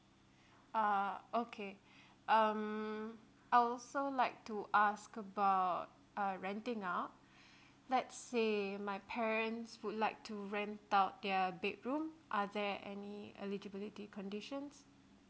ah okay um I also would like to ask about err renting out let's say my parents would like to rent out their bedroom are there any eligibility conditions